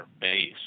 base